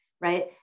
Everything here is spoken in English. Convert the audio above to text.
right